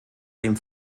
dem